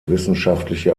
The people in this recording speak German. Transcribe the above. wissenschaftliche